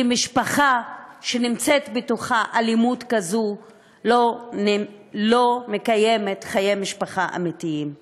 כי משפחה שנמצאת בתוכה אלימות כזאת לא מקיימת חיי משפחה אמיתיים.